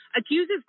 Accuses